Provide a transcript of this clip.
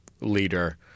leader